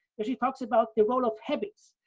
where she talks about the role of habits.